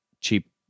cheap